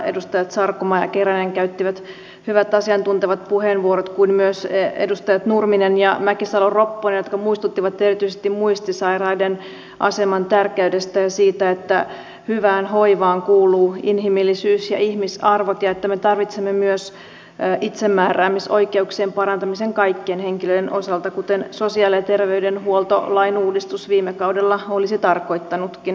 edustajat sarkomaa ja keränen käyttivät hyvät asiantuntevat puheenvuorot kuten myös edustajat nurminen ja mäkisalo ropponen jotka muistuttivat erityisesti muistisairaiden aseman tärkeydestä ja siitä että hyvään hoivaan kuuluu inhimillisyys ja ihmisarvot ja että me tarvitsemme myös itsemääräämisoikeuksien parantamisen kaikkien henkilöiden osalta kuten sosiaali ja terveydenhuoltolain uudistus viime kaudella olisi tarkoittanutkin